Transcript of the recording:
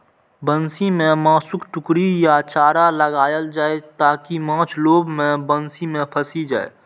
बंसी मे मासुक टुकड़ी या चारा लगाएल जाइ, ताकि माछ लोभ मे बंसी मे फंसि जाए